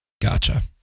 Gotcha